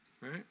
right